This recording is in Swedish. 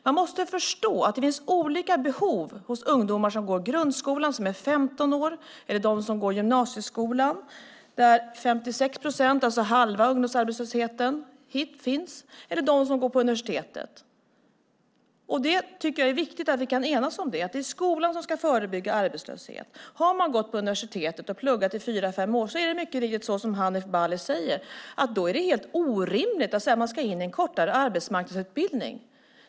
Man måste förstå att det finns olika behov hos ungdomar som går i grundskolan och är 15 år och hos dem som går i gymnasieskolan där 56 procent, alltså halva ungdomsarbetslösheten, finns och hos dem som går på universitetet. Jag tycker att det är viktigt att vi kan enas om att det är skolan som ska förebygga arbetslöshet. Har man gått på universitet och pluggat i fyra fem år är det, precis som Hanif Bali säger, helt orimligt att man ska in i en kortare arbetsmarknadsutbildning.